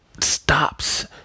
stops